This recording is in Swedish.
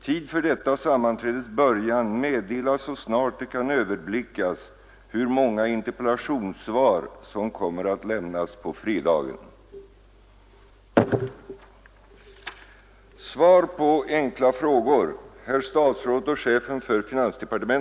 Tid för detta sammanträdes början meddelas så snart det kan överblickas hur många interpellationssvar som kommer att lämnas på fredagen.